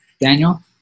Daniel